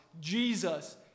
Jesus